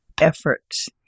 efforts